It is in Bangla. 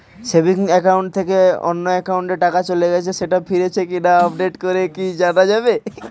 সেভিংস একাউন্ট থেকে অন্য একাউন্টে টাকা চলে গেছে সেটা ফিরেছে কিনা আপডেট করে কি জানা যাবে?